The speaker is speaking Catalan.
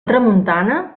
tramuntana